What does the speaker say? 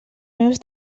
meves